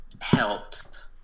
helped